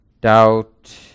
doubt